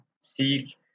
seek